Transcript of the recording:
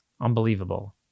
Unbelievable